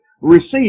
receive